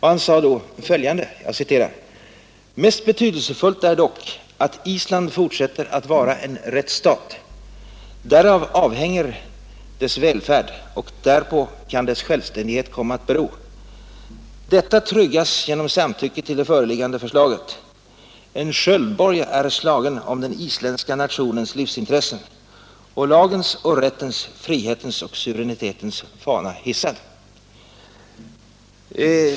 Han sade då följande: Mest betydelsefullt är dock att Island fortsätter att vara en rättsstat. Därav avhänger dess välfärd och därpå kan dess självständighet komma att bero. Detta tryggas genom samtycke till det föreliggande förslaget. En sköldborg är slagen om den isländska nationens livsintressen och lagens och rättens, frihetens och suveränitetens fana hissad.